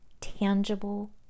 tangible